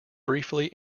briefly